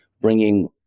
bringing